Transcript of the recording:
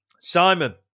Simon